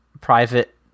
private